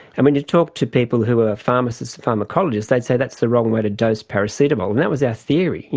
and when you talk to people who are pharmacists and pharmacologists they'd say that's the wrong way to dose paracetamol, and that was our theory. you